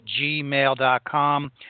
gmail.com